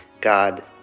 God